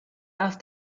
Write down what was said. off